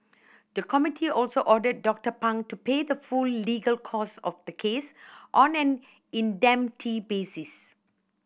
the committee also ordered Doctor Pang to pay the full legal costs of the case on an indemnity basis